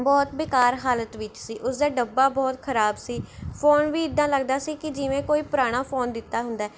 ਬਹੁਤ ਬੇਕਾਰ ਹਾਲਤ ਵਿੱਚ ਸੀ ਉਸਦਾ ਡੱਬਾ ਬਹੁਤ ਖ਼ਰਾਬ ਸੀ ਫ਼ੋਨ ਵੀ ਇੱਦਾਂ ਲੱਗਦਾ ਸੀ ਕਿ ਜਿਵੇਂ ਕੋਈ ਪੁਰਾਣਾ ਫ਼ੋਨ ਦਿੱਤਾ ਹੁੰਦਾ ਹੈ